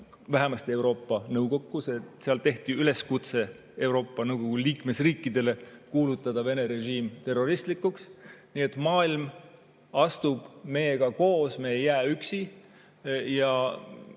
vähemasti Euroopa Nõukokku. Seal tehti üleskutse Euroopa Nõukogu liikmesriikidele kuulutada Vene režiim terroristlikuks. Nii et maailm astub meiega koos. Me ei jää üksi. Ja